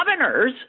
governor's